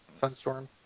Sunstorm